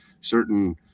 certain